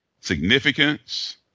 Significance